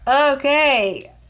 Okay